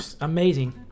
amazing